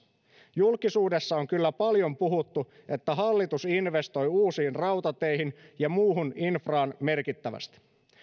julkisuudessa on kyllä paljon puhuttu että hallitus investoi uusiin rautateihin ja muuhun infraan merkittävästi